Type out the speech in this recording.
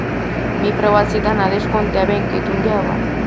मी प्रवासी धनादेश कोणत्या बँकेतून घ्यावा?